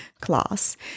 class